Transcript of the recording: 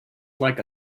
like